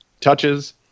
touches